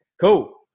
Cool